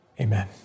Amen